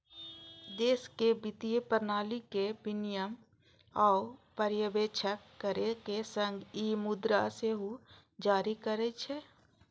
देशक वित्तीय प्रणाली के विनियमन आ पर्यवेक्षण करै के संग ई मुद्रा सेहो जारी करै छै